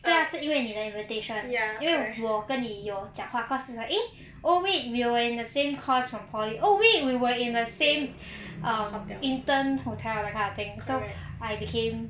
对啊是因为你的 invitation 因为我跟你有讲话 cause eh oh wait we were in the same course from poly oh wait we were in the same um intern hotel that kind of thing so I became